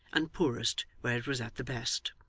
and poorest where it was at the best.